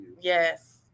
yes